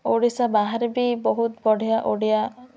ଓଡ଼ିଶା ବାହାରେ ବି ବହୁତ ବଢ଼ିଆ ଓଡ଼ିଆ